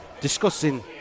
discussing